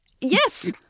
Yes